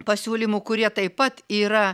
pasiūlymų kurie taip pat yra